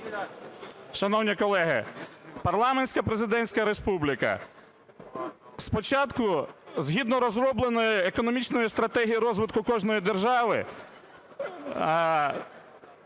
Шановні колеги, парламентсько-президентська республіка. Спочатку, згідно розробленої економічної стратегії розвитку кожної держави,